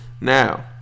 Now